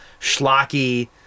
schlocky